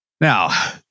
Now